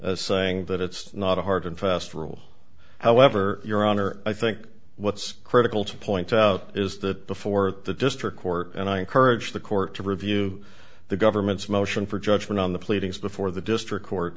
as saying that it's not a hard and fast rule however your honor i think what's critical to point out is that the for the district court and i encourage the court to review the government's motion for judgment on the pleadings before the district court